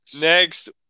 next